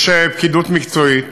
יש פקידות מקצועית